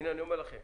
הינה, אני אומר לכם